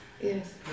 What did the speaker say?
Yes